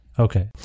Okay